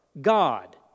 God